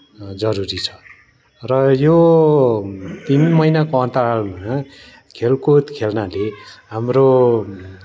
जरुरी छ र यो तिन महिनाको अन्तरालमा खेलकुद खेल्नाले हाम्रो